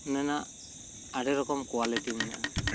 ᱢᱮᱱᱟᱜ ᱟᱹᱰᱤ ᱨᱚᱠᱚᱢ ᱠᱚᱣᱟᱞᱤᱴᱤ ᱢᱮᱱᱟᱜᱼᱟ